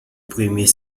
premier